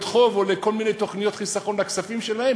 חוב או כל מיני תוכניות חיסכון לכספים שלהן,